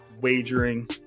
wagering